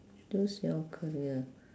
choose your career